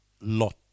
Lot